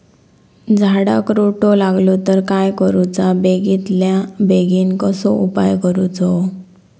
झाडाक रोटो लागलो तर काय करुचा बेगितल्या बेगीन कसलो उपाय करूचो?